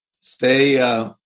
Stay